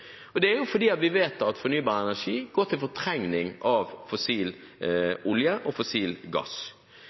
og det er fordi vi vet at fornybar energi går til fortrengning av fossil olje og fossil gass.